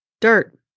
Dirt